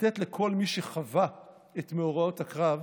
לתת לכל מי שחווה את מאורעות הקרב